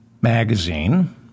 magazine